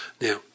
Now